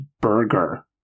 burger